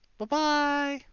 Bye-bye